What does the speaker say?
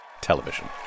television